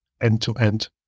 end-to-end